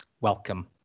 Welcome